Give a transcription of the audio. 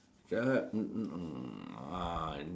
uh uh